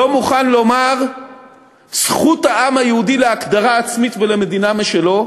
לא מוכן לומר "זכות העם היהודי להגדרה עצמית ולמדינה משלו",